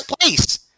place